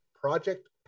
Project